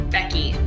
Becky